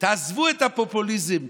תעזבו את הפופוליזם,